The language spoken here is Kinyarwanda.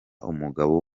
umugabo